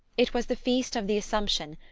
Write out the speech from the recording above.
it was the feast of the assumption,